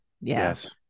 Yes